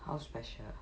how special